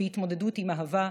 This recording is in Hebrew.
בהתמודדות עם אהבה,